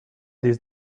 this